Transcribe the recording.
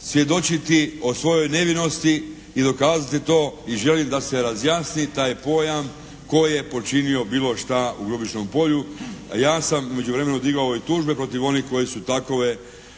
svjedočiti o svojoj nevinosti i dokazati to i želim da se razjasni taj pojam tko je počinio bilo šta u Grubišnom Polju, a ja sam u međuvremenu digao i tužbe protiv oni koji su takove